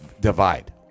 divide